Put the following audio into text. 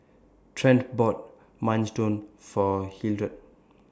Trent bought Minestrone For Hildred